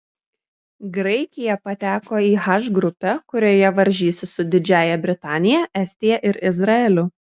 graikija pateko į h grupę kurioje varžysis su didžiąja britanija estija ir izraeliu